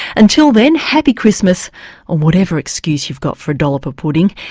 until then happy christmas, or whatever excuse you've got for a dollop of pudding,